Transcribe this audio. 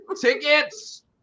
Tickets